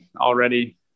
already